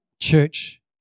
church